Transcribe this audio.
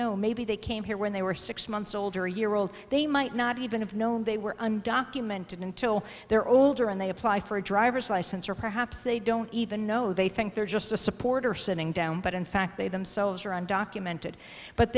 know maybe they came here when they were six months old or a year old they might not even have known they were undocumented until they're older and they apply for a driver's license or perhaps they don't even know they think they're just a supporter sitting down but in fact they themselves are undocumented but